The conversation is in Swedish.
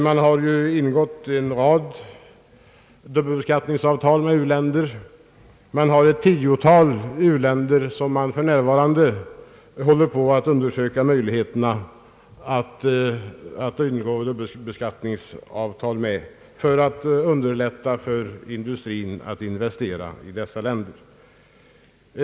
Man har ingått en rad dubbelbeskattningsavtal med u-länder. För närvarande håller man på att undersöka möjligheterna att ingå dubbelbeskattningsavtal med ett tiotal u-länder för att underlätta för industrin att investera i dessa länder.